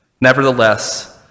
Nevertheless